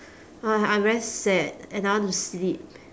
ugh I'm very sad and I want to sleep